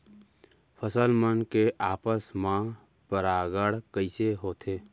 फसल मन के आपस मा परागण कइसे होथे?